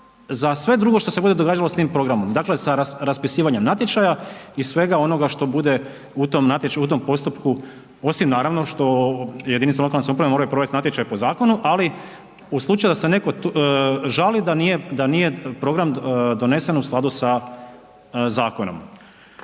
za sve drugo što se bude događalo sa tim programom, dakle sa raspisivanjem natječaja i svega onoga što bude u tom postupku osim naravno što jedinice lokalne samouprave moraju provesti natječaj po zakonu, ali u slučaju da se neko žali da nije program donesen u skladu sa zakonom.